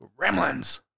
Gremlins